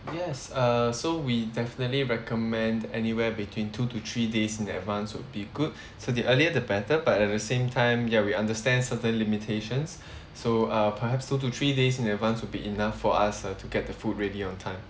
yes uh so we definitely recommend anywhere between two to three days in advance will be good so the earlier the better but at the same time ya we understand certain limitations so uh perhaps two to three days in advance will be enough for us uh to get the food ready on time